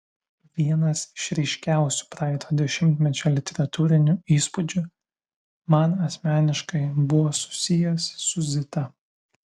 vienas iš ryškiausių praeito dešimtmečio literatūrinių įspūdžių man asmeniškai buvo susijęs su zita